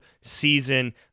season